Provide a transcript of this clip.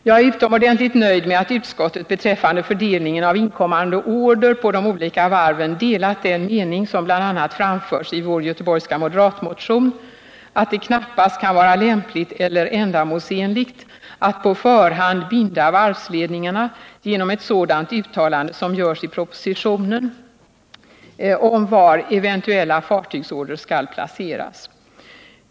Jag är utomordentligt nöjd med att utskottet beträffande fördelningen av inkommande order på de olika varven delat den mening som framförts bl.a. i vår göteborska moderatmotion, att det knappast kan vara lämpligt eller ändamålsenligt att på förhand binda varvsledningarna genom ett sådant uttalande som görs i propositionen om var eventuella fartygsorder skall placeras.